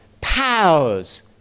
powers